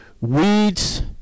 weeds